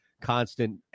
constant